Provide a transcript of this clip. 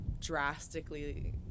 drastically